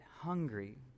hungry